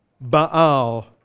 Baal